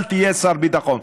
אל תהיה שר ביטחון.